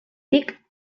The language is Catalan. tic